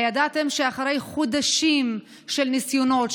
הידעתם שאחרי חודשים של ניסיונות,